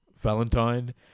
Valentine